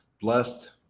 Blessed